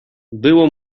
było